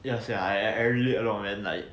ya sia I I really a lot man like